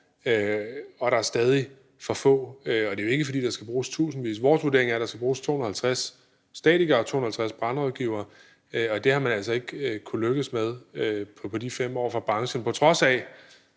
efter 5 år stadig for få. Og det er jo ikke, fordi der skal bruges tusindvis. Vores vurdering er, at der skal bruges 250 statikere og 250 brandrådgivere, og det har man altså ikke fra branchens side kunnet lykkes med på de 5 år, på trods af